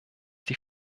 die